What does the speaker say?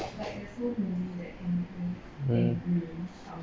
mm